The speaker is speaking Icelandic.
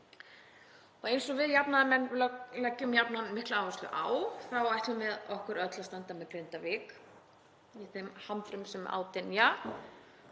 og eins og við jafnaðarmenn leggjum jafnan mikla áherslu á þá ætlum við okkur öll að standa með Grindavík í þeim hamförum sem á dynja.